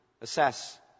Assess